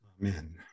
Amen